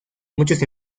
muchos